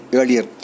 earlier